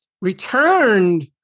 returned